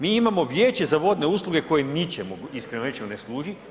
Mi imamo Vijeće za vodne usluge koji ničemu iskreno rečeno ne služi.